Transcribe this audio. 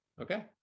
Okay